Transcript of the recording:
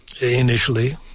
initially